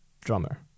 drummer